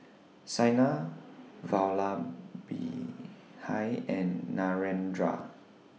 Saina Vallabhbhai and Narendra